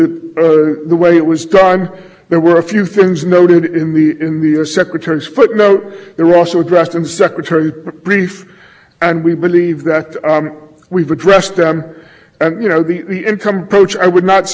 supposed to be performed in context like this nor has anybody been showing that there is a serious basis to say that the income approach is not to be used for not for profit hospitals everything in the record is to the